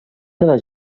quedar